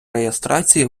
реєстрації